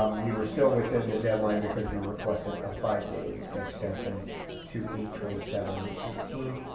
we were still within the deadline because we requested a five day extension to eight twenty seven eighteen.